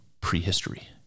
prehistory